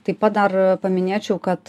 taip pat dar paminėčiau kad